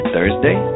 Thursday